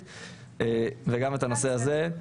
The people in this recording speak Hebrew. וגם את הנושא הזה,